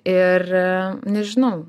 ir nežinau